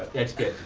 that's good.